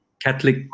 Catholic